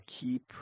keep